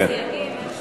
כל הסייגים,